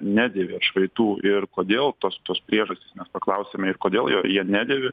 nedėvi atšvaitų ir kodėl tos tos priežastys mes paklausėme kodėl jie jie nedėvi